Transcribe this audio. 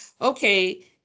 okay